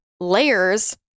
Layers